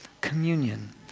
communion